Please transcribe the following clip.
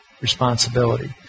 responsibility